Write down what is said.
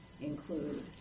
include